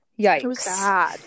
yikes